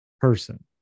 person